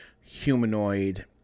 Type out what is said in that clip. humanoid